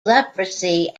leprosy